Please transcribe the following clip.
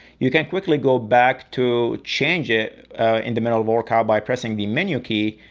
you can quickly go back to change it in the middle of a workout by pressing the menu key,